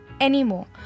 anymore